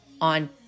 on